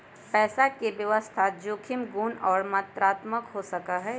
पैसा के व्यवस्था जोखिम गुण और मात्रात्मक हो सका हई